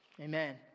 Amen